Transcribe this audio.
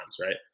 Right